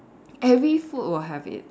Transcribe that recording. every food will have it's own